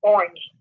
Orange